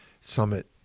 Summit